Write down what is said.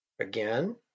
Again